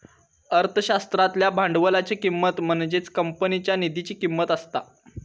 अर्थशास्त्रातल्या भांडवलाची किंमत म्हणजेच कंपनीच्या निधीची किंमत असता